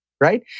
right